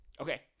okay